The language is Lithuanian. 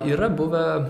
yra buvę